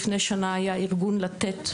לפני שנה היה ארגון לתת,